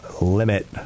limit